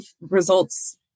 results